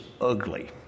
ugly